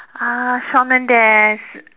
uh Shawn Mendes